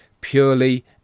purely